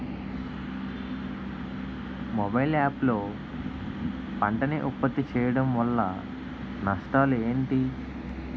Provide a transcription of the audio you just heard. Mobile app లో పంట నే ఉప్పత్తి చేయడం వల్ల నష్టాలు ఏంటి?